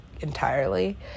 entirely